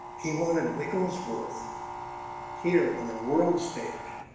he wanted wiglesworth here on the world stage,